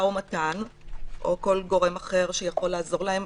ומתן או כל גורם אחר שיכול לעזור להם,